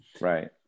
Right